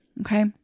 Okay